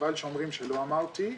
וחבל שאומרים שלא אמרתי,